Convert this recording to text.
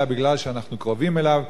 אלא בגלל שאנחנו קרובים אליו.